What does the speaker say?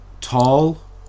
tall